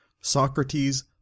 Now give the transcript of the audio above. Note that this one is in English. Socrates